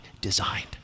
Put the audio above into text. designed